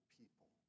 people